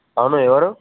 అవును ఎవరు